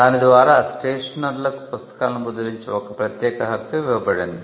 దాని ద్వారా స్టేషనర్లకు పుస్తకాలను ముద్రించే ఒక ప్రత్యేక హక్కు ఇవ్వబడింది